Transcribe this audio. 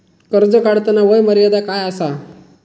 कर्ज काढताना वय मर्यादा काय आसा?